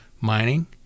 mining